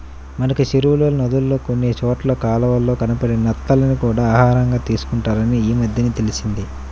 మనకి చెరువుల్లో, నదుల్లో కొన్ని చోట్ల కాలవల్లో కనబడే నత్తల్ని కూడా ఆహారంగా తీసుకుంటారని ఈమద్దెనే తెలిసింది